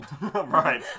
right